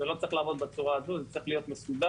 זה לא צריך לעבוד בצורה הזו, זה צריך להיות מסודר,